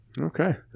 Okay